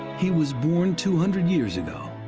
he was born two hundred years ago,